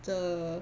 the